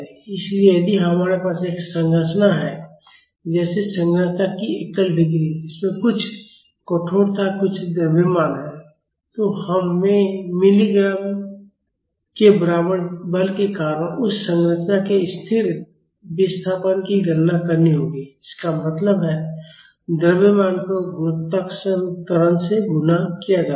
इसलिए यदि हमारे पास एक संरचना है जैसे संरचना की एकल डिग्री जिसमें कुछ कठोरता और कुछ द्रव्यमान है तो हमें मिलीग्रामmg के बराबर बल के कारण उस संरचना के स्थिर विस्थापन δst की गणना करनी होगी इसका मतलब है द्रव्यमान को गुरुत्वाकर्षण त्वरण से गुणा किया जाता है